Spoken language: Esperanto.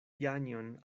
janjon